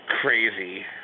Crazy